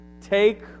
take